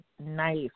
Nice